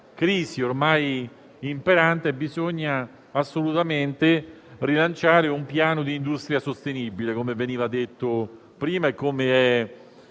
ormai imperante bisogna assolutamente rilanciare un piano di industria sostenibile, come veniva detto prima e come